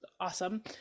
awesome